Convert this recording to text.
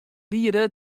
liede